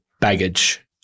baggage